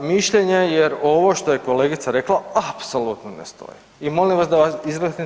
mišljenje, jer ovo što je kolegica rekla apsolutno ne stoji i molim vas da izreknete opomenu.